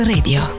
Radio